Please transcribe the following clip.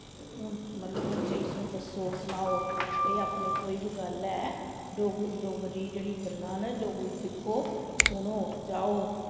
ते हून मतलब बच्चें दस्सो सनाओ भई अपने कोई बी गल्ल ऐ डोगरी डोगरी जेह्ड़ी गल्लां न डोगरी दिक्खो सुनो जाओ